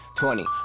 twenty